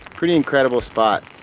pretty incredible spot.